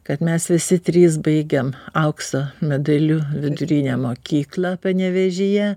kad mes visi trys baigėm aukso medaliu vidurinę mokyklą panevėžyje